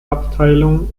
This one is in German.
abteilung